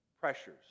pressures